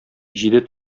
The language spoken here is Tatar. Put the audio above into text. җиде